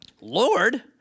Lord